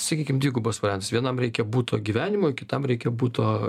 sakykim dvigubas variantas vienam reikia buto gyvenimui o kitam reikia buto